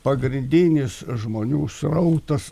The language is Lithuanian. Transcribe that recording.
pagrindinis žmonių srautas